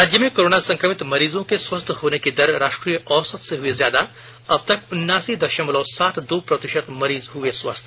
राज्य में कोरोना संक्रमित मरीजों के स्वस्थ होने की दर राष्ट्रीय औसत से हुई ज्यादा अबतक उनासी दशमलव सात दो प्रतिशत मरीज हुए स्वस्थ